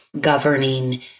governing